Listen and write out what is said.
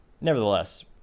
Nevertheless